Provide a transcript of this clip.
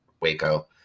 Waco